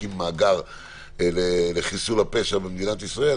להקים מאגר לחיסול הפשע במדינת ישראל,